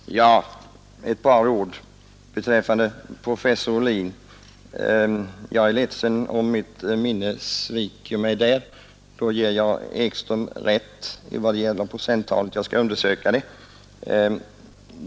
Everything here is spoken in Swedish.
Herr talman! Ett par ord beträffande professor Ohlin. Jag är ledsen om mitt minne sviker mig — i så fall ger jag herr Ekström rätt när det gäller procenttalet — jag skall undersöka det.